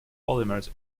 polymers